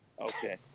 Okay